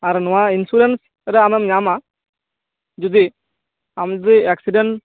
ᱟᱨ ᱱᱚᱣᱟ ᱤᱱᱥᱩᱨᱮᱱᱥ ᱨᱮ ᱟᱢᱮᱢ ᱧᱟᱢᱟ ᱡᱩᱫᱤ ᱟᱢ ᱡᱩᱫᱤ ᱮᱠᱥᱤᱰᱮᱱᱴ